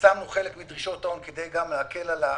צמצמנו חלק מדרישות ההון כדי להקל על התמחור.